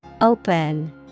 Open